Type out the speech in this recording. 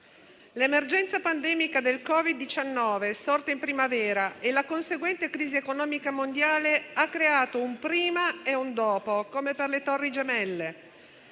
L'emergenza pandemica da Covid-19, sorta in primavera, e la conseguente crisi economica mondiale hanno creato un prima e un dopo, come per le torri gemelle;